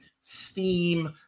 Steam